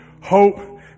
hope